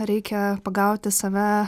reikia pagauti save